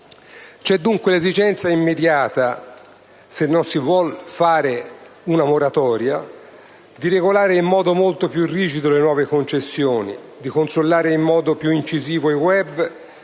è dunque l'esigenza immediata, se non si vuole fare una moratoria, di regolare in modo molto più rigido le nuove concessioni; di controllare in modo più incisivo il *web* e di fare non uno, ma